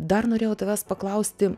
dar norėjau tavęs paklausti